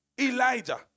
Elijah